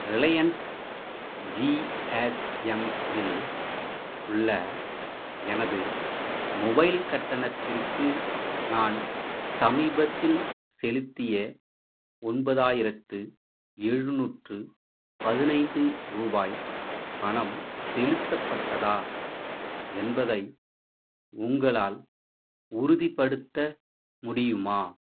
Reliance GSM இல் உள்ள எனது மொபைல் கட்டணத்திற்கு நான் சமீபத்தில் செலுத்திய ஒன்பதாயிரத்து எழுநூற்று பதினைந்து ரூபாய் பணம் செலுத்தப்பட்டதா என்பதை உங்களால் உறுதிப்படுத்த முடியுமா